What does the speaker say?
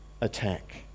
attack